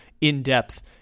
in-depth